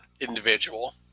individual